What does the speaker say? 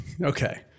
Okay